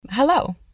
Hello